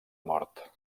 mort